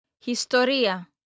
Historia